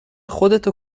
خودتو